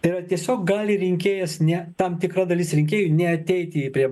tai yra tiesiog gali rinkėjas ne tam tikra dalis rinkėjų neateiti į prie